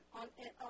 on